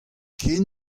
ken